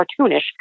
cartoonish